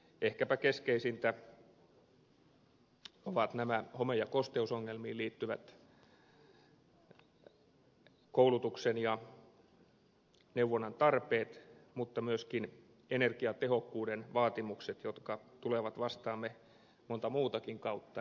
ehkäpä keskeisimpiä ovat nämä home ja kosteusongelmiin liittyvät koulutuksen ja neuvonnan tarpeet mutta myöskin energiatehokkuuden vaatimukset jotka tulevat vastaamme monta muutakin kautta